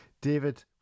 david